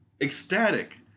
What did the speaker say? ecstatic